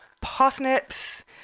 Parsnips